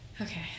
Okay